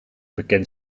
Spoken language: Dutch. bekend